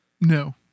no